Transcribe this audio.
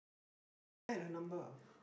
oh had her number